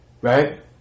Right